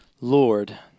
Lord